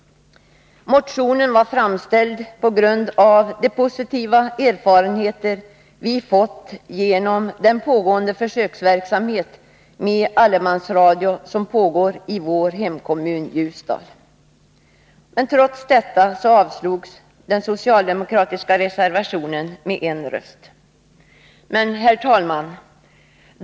Motionen var framställd på grund av de positiva erfarenheter vi fått genom den försöksverksamhet med allemansradio som pågår i vår hemkommun, Ljusdal. Herr talman!